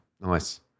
Nice